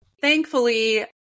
thankfully